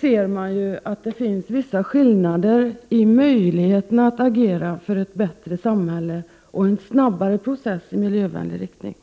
ser man att det finns vissa skillnader i möjligheterna att agera för ett bättre samhälle och en snabbare process i miljövänlig riktning.